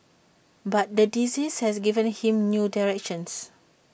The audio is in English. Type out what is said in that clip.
but the disease has given him new direction